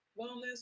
wellness